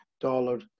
dollar